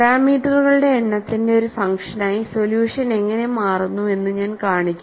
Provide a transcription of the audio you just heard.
പാരാമീറ്ററുകളുടെ എണ്ണത്തിന്റെ ഒരു ഫംഗ്ഷനായി സൊല്യൂഷൻ എങ്ങനെ മാറുന്നു എന്ന് ഞാൻ കാണിക്കും